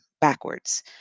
backwards